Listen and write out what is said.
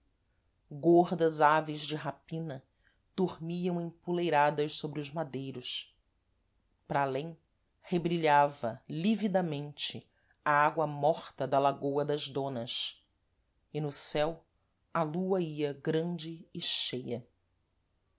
gordas aves de rapina dormiam empoleiradas sôbre os madeiros para alêm rebrilhava lívidamente a água morta da lagôa das donas e no céu a lua ia grande e cheia